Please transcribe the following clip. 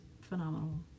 phenomenal